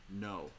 no